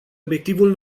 obiectivul